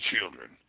children